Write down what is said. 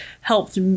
helped